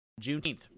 juneteenth